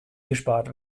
gespart